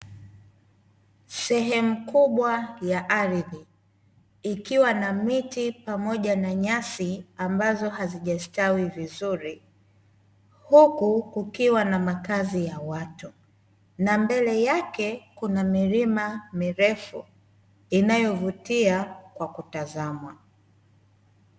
Sehemu kubwa ya ardhi ikiwa na miti pamoja na nyasi, ambazo hazijastawi vizuri huku kukiwa na makazi ya watu na mbele yake kuna milima mirefu inayovutia kwa kutazamwa.